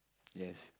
yes